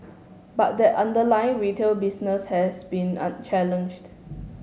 but that underlying retail business has been unchallenged